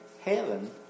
heaven